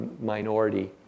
minority